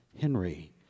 Henry